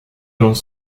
dans